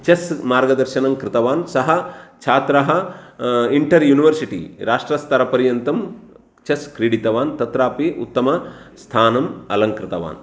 chess मार्गदर्शनं कृतवान् सः छात्रः इण्टर् यूनिवर्सिटी राष्ट्रस्तरपर्यन्तं चेस् क्रीडितवान् तत्रापि उत्तमस्थानं अलङ्कृतवान्